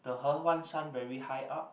the He-Huan-Shan very high up